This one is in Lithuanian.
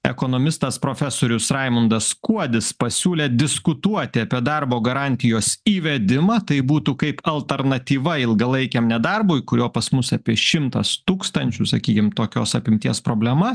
ekonomistas profesorius raimundas kuodis pasiūlė diskutuoti apie darbo garantijos įvedimą tai būtų kaip alternatyva ilgalaikiam nedarbui kurio pas mus apie šimtas tūkstančių sakykim tokios apimties problema